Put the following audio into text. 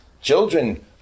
Children